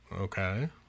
Okay